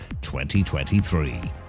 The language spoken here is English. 2023